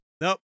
nope